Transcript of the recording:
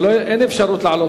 אין אפשרות לעלות עוד פעם.